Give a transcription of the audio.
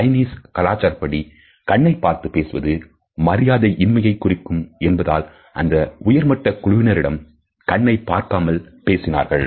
Chinese கலாச்சாரப்படி கண்ணை பார்த்து பேசுவது மரியாதை இன்மையை குறிக்கும் என்பதால் அந்த உயர்மட்டக் குழுவினரிடம் கண்ணை பார்க்காமல் பேசினார்கள்